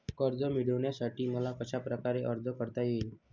कर्ज मिळविण्यासाठी मला कशाप्रकारे अर्ज करता येईल?